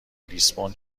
لیسبون